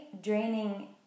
draining